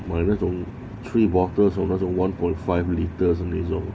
买那种 three bottles 或者那种 one point five liters 的那种